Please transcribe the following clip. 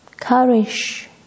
courage